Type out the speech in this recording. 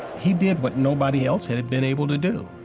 he did what nobody else had had been able to do,